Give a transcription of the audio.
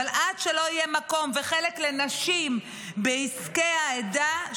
אבל עד שלא יהיה מקום וחלק --- לנשים בעסקי העדה,